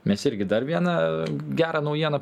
mes irgi dar vieną gerą naujieną